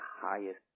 highest